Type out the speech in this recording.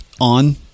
on